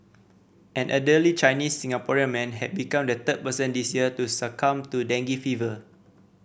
an elderly Chinese Singaporean man ha become the third person this year to succumb to dengue fever